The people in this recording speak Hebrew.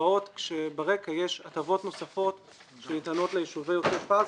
באות כאשר ברקע יש הטבות נוספות שניתנות ליישובי עוטף עזה.